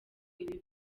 ibi